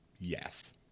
yes